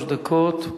שלוש דקות.